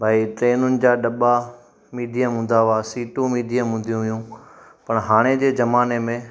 भई ट्रेनुनि जा दॿा मीडियम हूंदा हुआ सीटू मीडियम हूंदी हुयूं पर हाणे जे ज़माने में